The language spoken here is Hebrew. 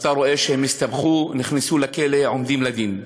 אתה רואה שהם הסתבכו, נכנסו לכלא, עומדים לדין.